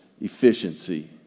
efficiency